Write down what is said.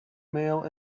male